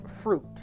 fruit